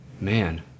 man